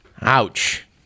Ouch